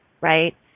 right